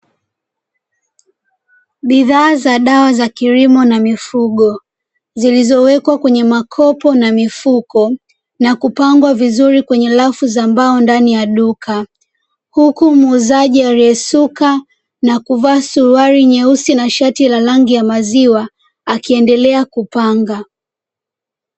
Bidhaa za dawa za kilimo na mifugo zilizo wekwa kwenye makopo na mifuko, na kupangwa vizuri kwenye rafu za mbao ndani ya duka, huku muuzaji aliyesuka na kuvaa suruali nyeusi na shati la rangi ya maziwa, akiendelea kupanga.